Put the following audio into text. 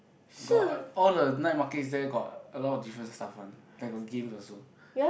got uh all the night market is there got a lot of different stuff one like got games also